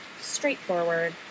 straightforward